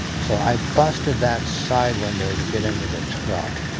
so i busted that side window to get into the truck.